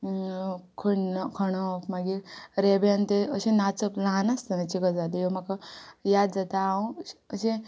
खण्ण खणप मागीर रेब्यान तें अशें नाचप ल्हान आसतनाच्यो गजाली ह्यो म्हाका याद जाता हांव अश अशें